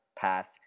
path